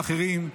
ואחרים,